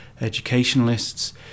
educationalists